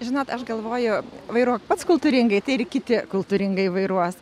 žinot aš galvoju vairuok pats kultūringai tai ir kiti kultūringai vairuos